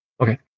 Okay